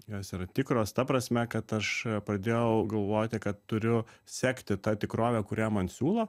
jos yra tikros ta prasme kad aš pradėjau galvoti kad turiu sekti ta tikrove kurią man siūlo